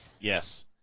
Yes